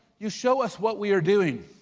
you show us what we are doing.